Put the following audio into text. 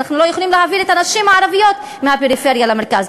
אנחנו לא יכולים להעביר את הנשים הערביות מהפריפריה למרכז.